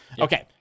Okay